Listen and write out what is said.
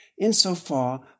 Insofar